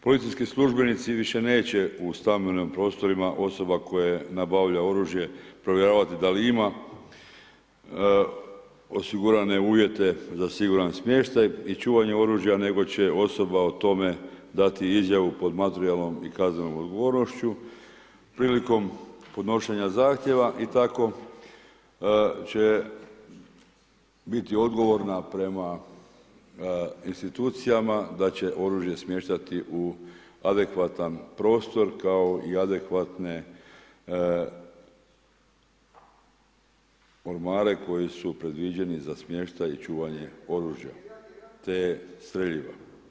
Policijski službenici više neće u stambenim prostorima osoba koje nabavlja oružje provjeravat da li ima osigurane uvjete za siguran smještaj i čuvanje oružje nego će osoba o tome dati izjavu pod materijalnom i kaznenom odgovornošću prilikom podnošenja zahtjeva i tako će biti odgovorna prema institucijama da će oružje smještati u adekvatan prostor kao i adekvatne ormare koji su predviđeni za smještaj i čuvanje oružja te streljiva.